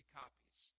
copies